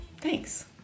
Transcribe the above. Thanks